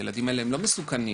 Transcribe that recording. הילדים האלה לא מסוכנים.